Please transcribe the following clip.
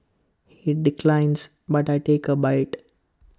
he declines but I take A bite